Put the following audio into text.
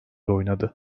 oynadı